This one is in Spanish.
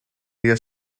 día